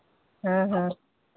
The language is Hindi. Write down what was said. हाँ हाँ